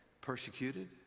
persecuted